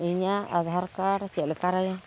ᱤᱧᱟᱹᱜ ᱟᱫᱷᱟᱨ ᱠᱟᱨᱰ ᱪᱮᱫ ᱞᱮᱠᱟᱨᱮ